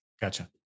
Gotcha